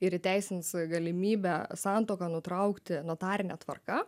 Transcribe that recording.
ir įteisins galimybę santuoką nutraukti notarine tvarka